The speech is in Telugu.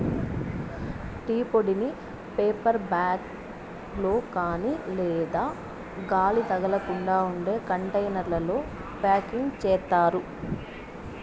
టీ పొడిని పేపర్ బ్యాగ్ లో కాని లేదా గాలి తగలకుండా ఉండే కంటైనర్లలో ప్యాకింగ్ చేత్తారు